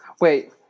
wait